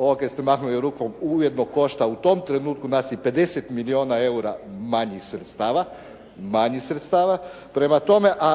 ovo kaj ste mahnuli rukom uvjetno košta u tom trenutku nas i 50 milijuna eura manjih sredstava. Prema tome a